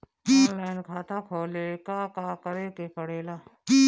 Online खाता खोले ला का का करे के पड़े ला?